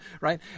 right